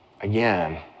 again